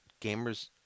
gamers